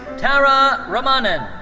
tara ramanan.